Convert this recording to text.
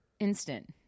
Instant